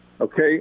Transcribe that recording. Okay